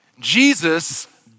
Jesus